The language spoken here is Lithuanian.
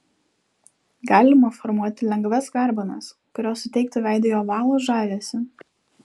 galima formuoti lengvas garbanas kurios suteiktų veidui ovalo žavesį